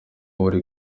buri